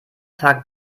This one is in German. tag